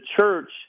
church